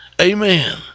Amen